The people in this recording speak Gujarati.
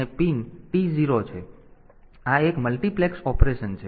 તો આ એક મલ્ટિપ્લેક્સ ઓપરેશન છે